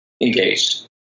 engaged